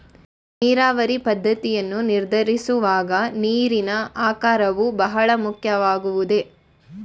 ನೀರಾವರಿ ಪದ್ದತಿಯನ್ನು ನಿರ್ಧರಿಸುವಾಗ ನೀರಿನ ಆಕಾರವು ಬಹಳ ಮುಖ್ಯವಾಗುವುದೇ?